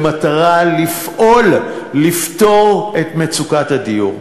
במטרה לפעול לפתור את מצוקת הדיור.